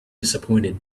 disappointed